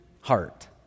heart